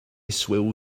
swell